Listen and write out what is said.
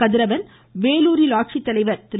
கதிரவன் வேலூரில் ஆட்சித்தலைவர் திரு